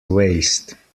waste